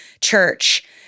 church